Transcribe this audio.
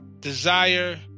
desire